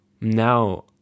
Now